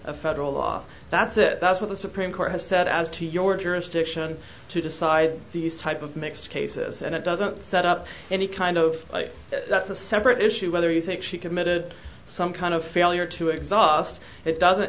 a federal law that's it that's what the supreme court has said as to your jurisdiction to decide these type of mixed cases and it doesn't set up any kind of that's a separate issue whether you think she committed some kind of failure to exhaust it doesn't